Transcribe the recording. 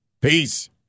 Peace